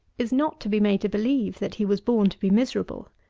is not to be made to believe, that he was born to be miserable,